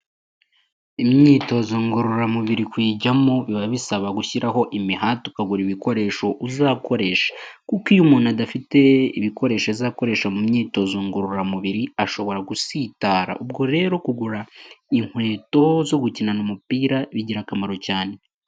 Imyitozo ngororamubiri kuyijyamo biba bisaba gushyiramo imihati ukagura ibikoresho uzakoresha. Kuko iyo umuntu adafite ibikoresho azakoresha mu myitozo ngororamubiri , ashobora gusitara. Ubwo rero kugura inkweto zo gukinana umupira bigira akamaro cyane.